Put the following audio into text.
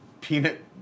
peanut